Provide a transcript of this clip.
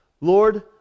Lord